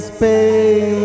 Spain